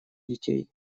детей